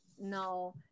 no